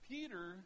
Peter